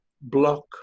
block